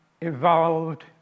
evolved